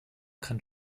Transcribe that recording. kann